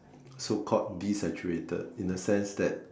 so called desaturated in the sense that